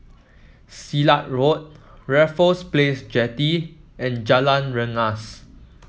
Silat Road Raffles Place Jetty and Jalan Rengas